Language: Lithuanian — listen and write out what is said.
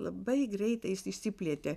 labai greitai jis išsiplėtė